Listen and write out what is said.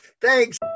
thanks